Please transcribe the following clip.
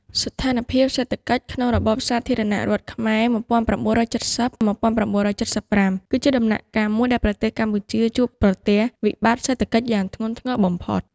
ស្ថានភាពសេដ្ឋកិច្ចក្នុងរបបសាធារណរដ្ឋខ្មែរ ១៩៧០-១៩៧៥ គឺជាដំណាក់កាលមួយដែលប្រទេសកម្ពុជាជួបប្រទះវិបត្តិសេដ្ឋកិច្ចយ៉ាងធ្ងន់ធ្ងរបំផុត។